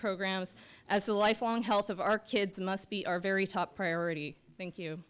programs as a lifelong health of our kids must be our very top priority thank you